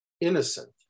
Innocent